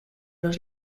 los